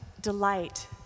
delight